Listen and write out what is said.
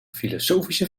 filosofische